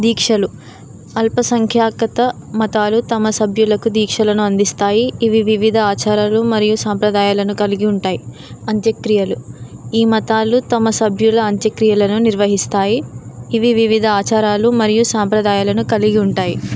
దీక్షలు అల్ప సంఖ్యాక మతాలు తమ సభ్యులకు దీక్షలను అందిస్తాయి ఇవి వివిధ ఆచారాలు మరియు సాంప్రదాయాలను కలిగి ఉంటాయి అంత్యక్రియలు ఈ మతాలు తమ సభ్యుల అంత్యక్రియలను నిర్వహిస్తాయి ఇవి వివిధ ఆచారాలు మరియు సాంప్రదాయాలను కలిగి ఉంటాయి